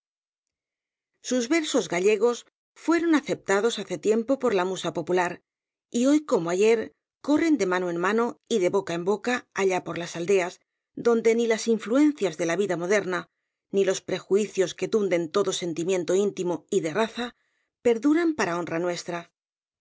sus versos gallegos fueron aceptados hace tiempo por la musa popular y hoy como ayer corren de mano en mano y de boca en boca allá por las aldeas donde ni las influencias de la vida moderna ni los prejuicios que tunden todo sentimiento íntimo y de raza perduran para honra nuestra